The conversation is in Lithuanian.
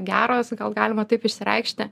geros gal galima taip išsireikšti